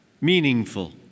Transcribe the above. meaningful